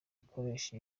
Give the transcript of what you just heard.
ikoresha